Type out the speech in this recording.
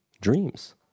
dreams